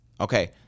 Okay